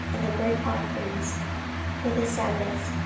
and the burnt offerings for the sabbaths,